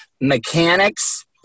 mechanics